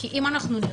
כי אם נראה,